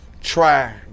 Try